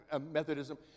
methodism